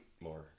more